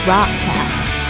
Rockcast